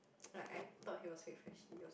like I thought he was fake freshie